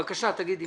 בבקשה, תגידי.